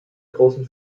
großen